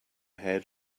head